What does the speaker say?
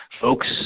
folks